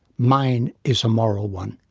mine is a moral one.